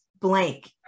blank